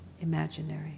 imaginary